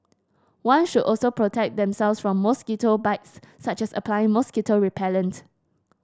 one should also protect themselves from mosquito bites such as applying mosquito repellent